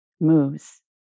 moves